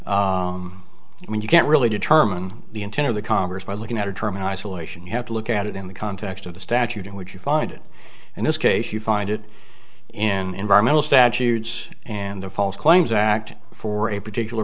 isolation i mean you can't really determine the intent of the congress by looking at a term in isolation you have to look at it in the context of the statute in which you find it in this case you find it in environmental statutes and the false claims act for a particular